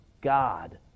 God